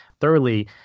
thoroughly